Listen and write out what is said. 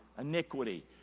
iniquity